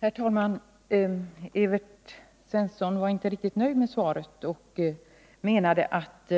Herr talman! Evert Svensson var inte riktigt nöjd med svaret och menade att